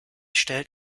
stellt